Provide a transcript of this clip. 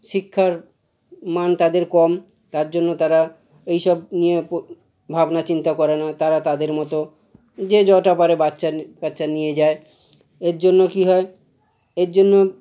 শিক্ষার মান তাদের কম তার জন্য তারা এই সব নিয়ে পো ভাবনা চিন্তা করে না তারা তাদের মতো যে যটা পারে বাচ্চা নি কাচ্চা নিয়ে যায় এর জন্য কী হয় এর জন্য